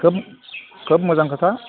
खोब खोब मोजां खोथा